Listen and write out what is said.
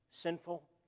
sinful